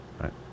Right